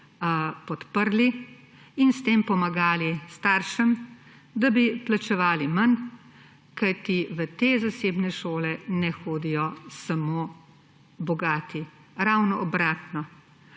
podprli in s tem pomagali staršem, da bi plačevali manj, kajti v te zasebne šole ne hodijo samo bogati. Ravno obratno.